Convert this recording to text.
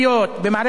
ברווחה,